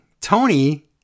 Tony